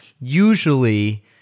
usually